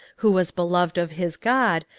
who was beloved of his god,